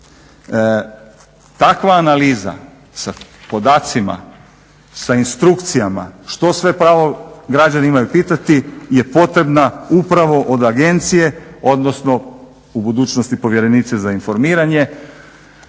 Takva analiza sa podacima, sa instrukcijama što sve pravo građani imaju pitati je potrebna upravo od agencije odnosno u budućnosti povjerenice za informiranje